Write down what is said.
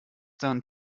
done